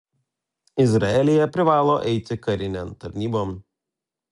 izraelyje privalo eiti karinėn tarnybon